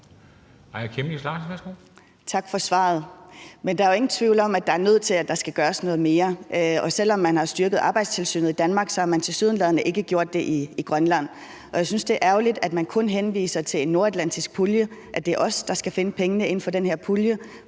Tak for svaret. Men der er jo ingen tvivl om, at man er nødt til at gøre noget mere, og selv om man har styrket Arbejdstilsynet i Danmark, har man tilsyneladende ikke gjort det i Grønland, og jeg synes, det er ærgerligt, at man kun henviser til en nordatlantisk pulje, og at det er os, der skal finde pengene inden for den her pulje,